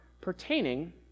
pertaining